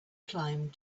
climbed